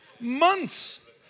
months